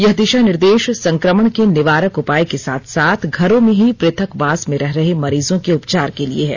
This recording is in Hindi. यह दिशा निर्देश संक्रमण के निवारक उपाय के साथ साथ घरों में ही पृथकवास में रह रहे मरीजों के उपचार के लिए हैं